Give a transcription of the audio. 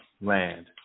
land